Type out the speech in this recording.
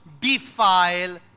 defile